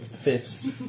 fists